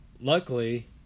luckily